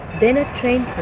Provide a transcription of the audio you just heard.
then a train